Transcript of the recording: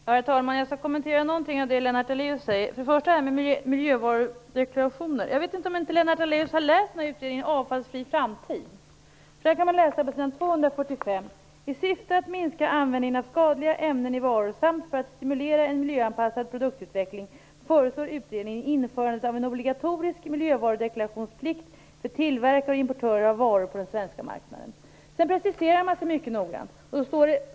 Herr talman! Jag vill kommentera det som Lennart Daléus säger. Lennart Daléus har läst utredningen Avfallsfri framtid. På s. 245 kan man läsa: I syfte att minska användningen av skadliga ämnen i varor samt för att stimulera en miljöanpassad produktutveckling föreslår utredningen införandet av en obligatorisk miljövarudeklarationsplikt för tillverkare och importörer av varor på den svenska marknaden. Sedan preciserar man sig mycket noga.